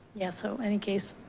yeah. so any case.